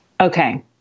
okay